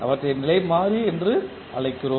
அவற்றை நிலை மாறி என்று அழைக்கிறோம்